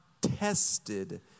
tested